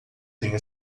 tenho